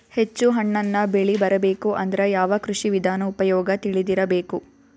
ಹೆಚ್ಚು ಹಣ್ಣನ್ನ ಬೆಳಿ ಬರಬೇಕು ಅಂದ್ರ ಯಾವ ಕೃಷಿ ವಿಧಾನ ಉಪಯೋಗ ತಿಳಿದಿರಬೇಕು?